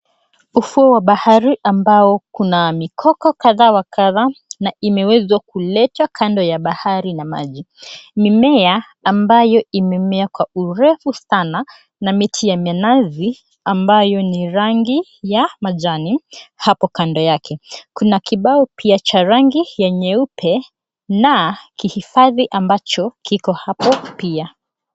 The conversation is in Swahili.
Ufuo wa bahari ambao kuna mikoko kadha wa kadha na imewezwa kuletwa kando ya bahari na maji. Mimea ambayo imemea kwa urefu sana na miti ya minazi ambayo ni rangi ya majani hapo kando yake. Kuna kibao pia cha rangi ya nyeupe na kihifadhi ambacho kiko hapo pia.